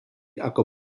ako